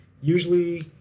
Usually